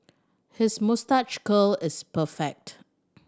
his moustache curl is perfect